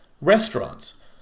restaurants